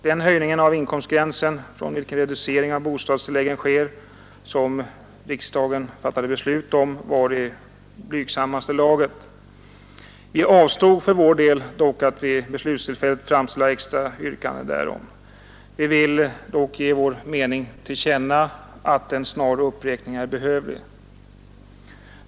Den av inkomstgränsen, från vilken reducering av bostadstilläggen sker och riksdagen fattade beslut om var i blygsammaste laget. Vi avstod för vår del dock att vid beslutstillfället framställa extra yrkande därom. Vi vill dock ge vår mening till känna att en snar uppräkning är behövlig.